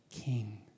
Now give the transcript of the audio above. King